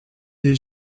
des